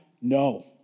No